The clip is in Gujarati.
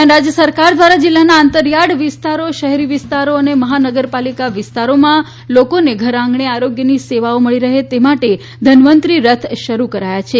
દરમ્યાન રાજ્ય સરકાર દ્વારા જિલ્લાના અંતરિયાળ વિસ્તારો શહેરી વિસ્તારો અને મહાનગરપાલિકા વિસ્તારમાં લોકોને ઘર આંગણે આરોગ્યની સેવાઈઓ મળી રહે તે માટે ધનવંતરી રથ શરૂ કરાયા છે